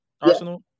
arsenal